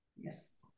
Yes